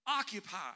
Occupy